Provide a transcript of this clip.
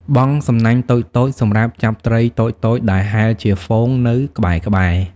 បង់សំណាញ់តូចៗ សម្រាប់ចាប់ត្រីតូចៗដែលហែលជាហ្វូងនៅក្បែរៗ។